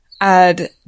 add